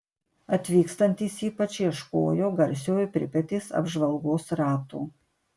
atvykstantys ypač ieškojo garsiojo pripetės apžvalgos rato